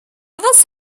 você